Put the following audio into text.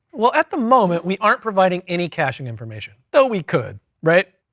well, at the moment we aren't providing any caching information so we could, right.